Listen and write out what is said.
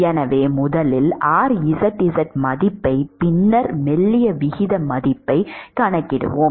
எனவே முதலில் rzz மதிப்பையும் பின்னர் மெல்லிய விகித மதிப்பையும் கணக்கிடுவோம்